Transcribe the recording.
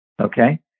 Okay